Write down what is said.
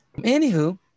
Anywho